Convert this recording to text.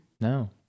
No